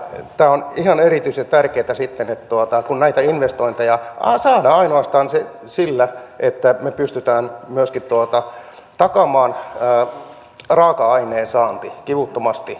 tämä on ihan erityisen tärkeätä sitten että näitä investointeja saadaan ainoastaan sillä että me pystymme myöskin takaamaan raaka aineen saannin kivuttomasti